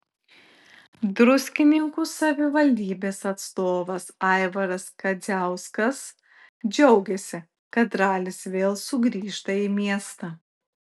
druskininkų savivaldybės atstovas aivaras kadziauskas džiaugėsi kad ralis vėl sugrįžta į miestą